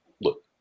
look